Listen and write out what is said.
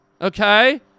Okay